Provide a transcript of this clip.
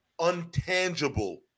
untangible